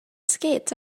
skates